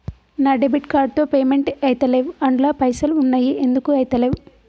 నా debit card తో payment ఐతలేవ్ అండ్ల పైసల్ ఉన్నయి ఎందుకు ఐతలేవ్?